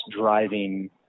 driving